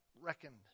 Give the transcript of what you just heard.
Reckoned